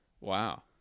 Wow